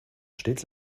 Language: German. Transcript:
stets